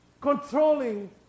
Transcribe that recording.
Controlling